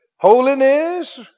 Holiness